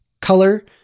color